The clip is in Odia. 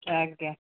ଆଜ୍ଞା